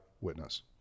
witness